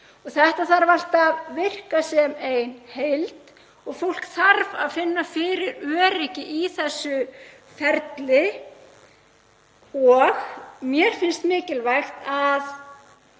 Þetta þarf allt að virka sem ein heild og fólk þarf að finna fyrir öryggi í þessu ferli. Mér finnst mikilvægt að